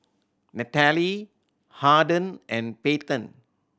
Nataly Harden and Payten